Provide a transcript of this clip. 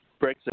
Brexit